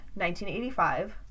1985